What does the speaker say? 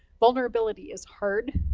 vulnerability is hard,